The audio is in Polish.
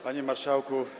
Panie Marszałku!